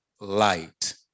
light